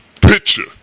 picture